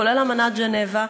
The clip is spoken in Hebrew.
כולל אמנת ז'נבה,